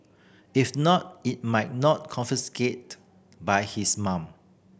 if not it might not confiscated by his mum